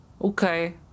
Okay